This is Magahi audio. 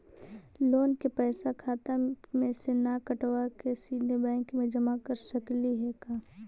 लोन के पैसा खाता मे से न कटवा के सिधे बैंक में जमा कर सकली हे का?